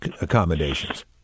accommodations